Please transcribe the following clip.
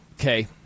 okay